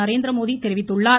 நரேந்திரமோடி தெரிவித்துள்ளார்